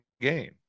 game